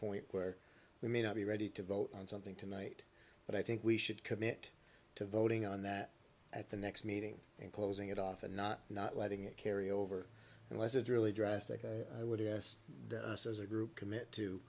point where we may not be ready to vote on something tonight but i think we should commit to voting on that at the next meeting and closing it off and not not letting it carry over unless it's really drastic i would have asked us as a group commit to